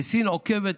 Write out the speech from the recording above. וסין עוקבת